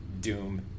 doom